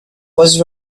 was